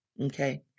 Okay